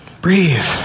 breathe